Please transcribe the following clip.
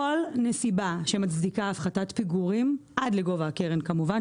כל נסיבה שמצדיקה הפחתת פיגורים עד לגובה הקרן כמובן,